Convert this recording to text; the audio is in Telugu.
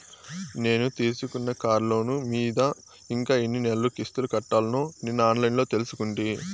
నేను తీసుకున్న కార్లోను మీద ఇంకా ఎన్ని నెలలు కిస్తులు కట్టాల్నో నిన్న ఆన్లైన్లో తెలుసుకుంటి